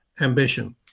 ambition